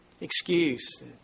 Excuse